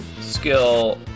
skill